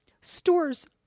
stores